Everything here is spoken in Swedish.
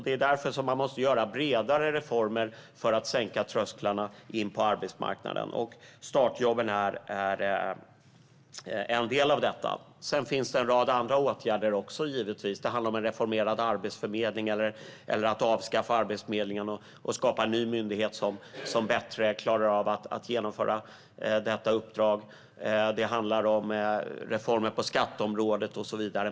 Det är därför som man måste göra bredare reformer för att sänka trösklarna in till arbetsmarknaden, och startjobben är en del av detta. Sedan finns det givetvis en rad andra åtgärder. Det handlar om en reformering av Arbetsförmedlingen eller att avskaffa den och skapa en ny myndighet som bättre klarar att genomföra uppdraget, det handlar om reformer på skatteområdet, och så vidare.